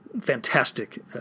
fantastic